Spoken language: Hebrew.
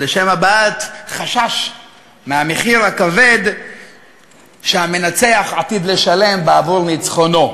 לשם הבעת חשש מהמחיר הכבד שהמנצח עתיד לשלם בעבור ניצחונו.